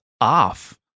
off